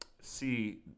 see